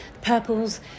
purples